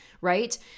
right